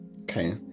Okay